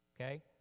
okay